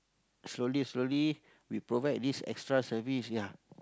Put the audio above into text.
slowly slowly we provide this extra service ya